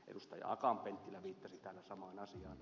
akaan penttilä viittasi täällä samaan asiaan